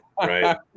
Right